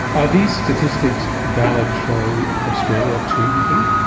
are these statistics valid for australia too, do you think?